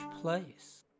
place